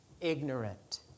ignorant